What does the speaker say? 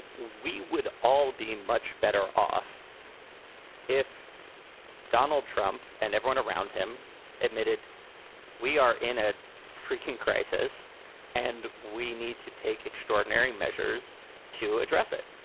we would all be much better off if donald trump and everyone around him admitted we are in a freaking crisis and we need to take extraordinary measures to address it,